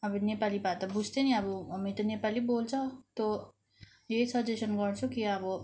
अब नेपाली भए त बुझ्थ्यो नि अब हामी त नेपाली बोल्छ तो यही सजेसन गर्छु कि अब